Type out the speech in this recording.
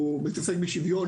הוא מתעסק בשוויון,